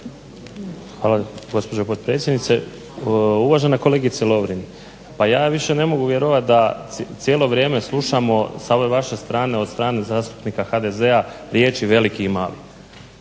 Hvala gospođo potpredsjednice. Uvažena kolegice Lovrin, pa ja više ne mogu vjerovat da cijelo vrijeme slušamo sa ove vaše strane, od strane zastupnika HDZ-a riječi veliki i mali